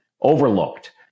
overlooked